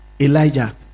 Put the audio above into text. Elijah